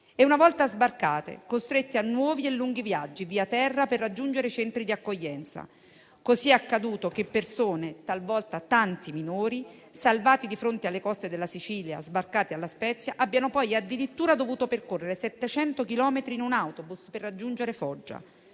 e, una volta sbarcati, costretti a nuovi e lunghi viaggi via terra per raggiungere i centri di accoglienza. È così accaduto che persone - talvolta tanti minori - salvate di fronte alle coste della Sicilia e sbarcate a La Spezia abbiano poi addirittura dovuto percorrere 700 chilometri in un autobus per raggiungere Foggia.